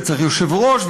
וצריך יושב-ראש,